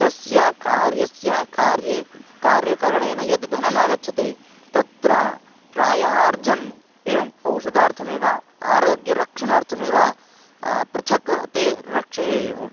तस्य कार्यस्य कार्ये कार्यकरणेन यद्धनम् आगच्छति तत्र प्रायः अर्धम् एवम् औषधार्थमेव आरोग्यरक्षणार्थमेव पृथक् ते रक्षयेयुः